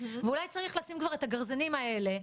ואולי צריך כבר לשים את הגרזנים האלה,